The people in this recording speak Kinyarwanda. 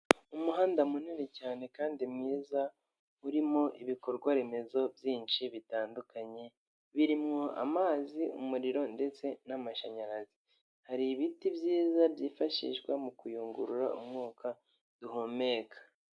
Umuhanda munini cyane kandi mwiza urimo ibikorwa remezo byinshi bitandukanye birimwo amazi, umuriro, ndetse n'amashanyarazi hari ibiti byiza byifashishwa mu kuyungurura umwuka duhumeka.